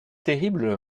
terrible